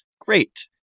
great